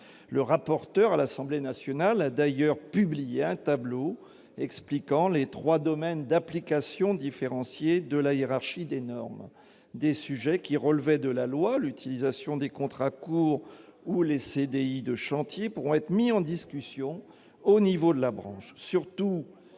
Le rapporteur du texte à l'Assemblée nationale a publié un tableau détaillant les trois domaines d'application différenciée de la hiérarchie des normes. Des sujets qui relevaient de la loi, comme l'utilisation des contrats courts ou les CDI de chantier, pourront être mis en discussion au niveau de la branche.